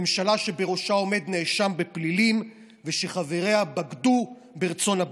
ממשלה שבראשה עומד נאשם בפלילים ושחבריה בגדו ברצון הבוחר.